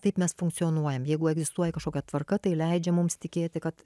taip mes funkcionuojam jeigu egzistuoja kažkokia tvarka tai leidžia mums tikėti kad